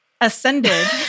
ascended